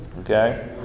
Okay